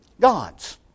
God's